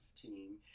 team